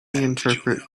interpret